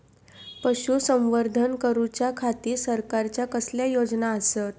पशुसंवर्धन करूच्या खाती सरकारच्या कसल्या योजना आसत?